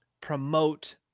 promote